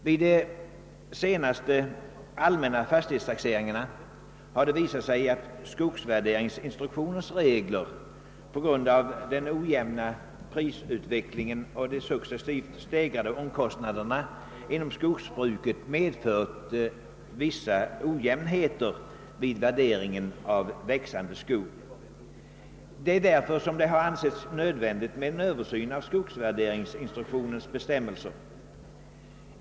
Vid de senaste allmänna fastighetstaxeringarna har det visat sig att skogsvärderingsinstruktionens regler på grund av den ojämna prisutvecklingen och de successivt stegrade omkostnaderna inom skogsbruket medfört vissa ojämnheter vid värderingen av växande skog. Därför har det ansetts nödvändigt med en översyn av skogsvärderingsinstruktionens bestämmelser.